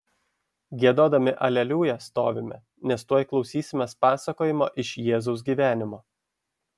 giedodami aleliuja stovime nes tuoj klausysimės pasakojimo iš jėzaus gyvenimo